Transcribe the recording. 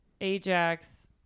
Ajax